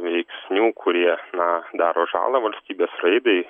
veiksnių kurie na daro žalą valstybės raidai